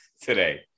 today